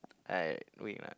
I wait